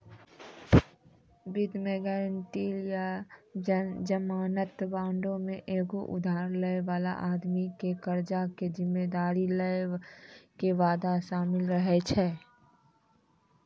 वित्त मे गायरंटी या जमानत बांडो मे एगो उधार लै बाला आदमी के कर्जा के जिम्मेदारी लै के वादा शामिल रहै छै